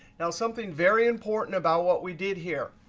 now, something very important about what we did here.